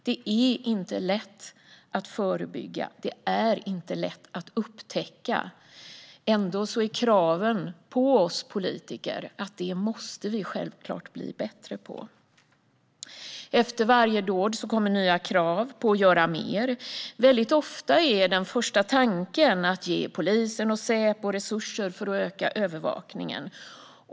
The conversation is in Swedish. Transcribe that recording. Det är inte lätt att förebygga. Det är inte lätt att upptäcka. Ändå är kraven på oss politiker att vi självklart måste bli bättre på det. Efter varje dåd kommer nya krav på att göra mer. Ofta är den första tanken att ge polisen och Säpo resurser för att öka övervakningen.